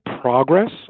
progress